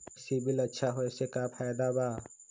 CIBIL अच्छा होऐ से का फायदा बा?